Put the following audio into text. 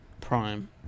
Prime